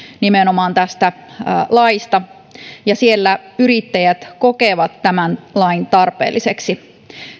nimenomaan tästä laista ja siellä yrittäjät kokevat tämän lain tarpeelliseksi